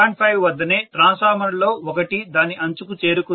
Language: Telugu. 5 వద్దనే ట్రాన్స్ఫార్మర్లలో ఒకటి దాని అంచుకు చేరుకుంది